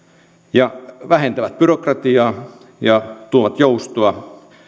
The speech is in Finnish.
vähentävät byrokratiaa ja tuovat joustoa